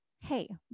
Hey